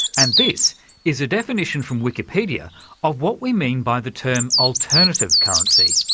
and this is a definition from wikipedia of what we mean by the term alternative currency.